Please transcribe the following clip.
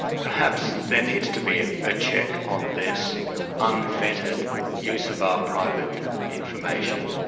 perhaps there needs to be a check on this unfettered use of our private information.